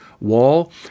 wall